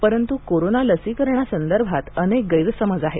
परंतु कोरोना लसीकरणासंदर्भात अनेक गैरसमज आहेत